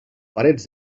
parets